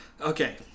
okay